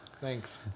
Thanks